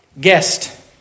Guest